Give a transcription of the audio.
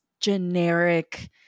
generic